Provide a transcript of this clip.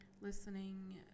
Listening